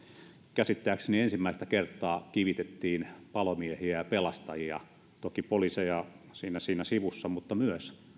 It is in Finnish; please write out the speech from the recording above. käsittääkseni ensimmäistä kertaa kivitettiin palomiehiä ja pelastajia toki poliiseja siinä siinä sivussa mutta myös